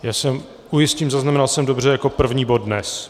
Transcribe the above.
Já se jen ujistím zaznamenal jsem dobře jako první bod dnes?